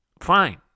Fine